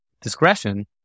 discretion